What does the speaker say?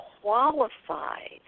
qualified